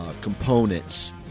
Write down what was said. components